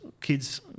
kids